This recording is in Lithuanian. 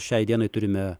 šiai dienai turime